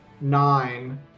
nine